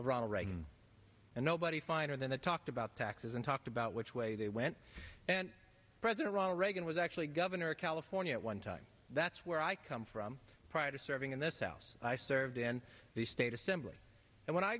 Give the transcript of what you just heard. ronald reagan and nobody finer than the talked about taxes and talked about which way they went and president ronald reagan was actually governor of california at one time that's where i come from prior to serving in this house i served in the state assembly and when i